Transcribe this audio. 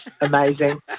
amazing